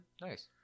Nice